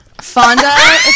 Fonda